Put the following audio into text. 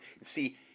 See